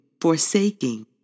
forsaking